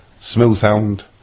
Smoothhound